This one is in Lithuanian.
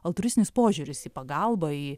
altruistinis požiūris į pagalbą į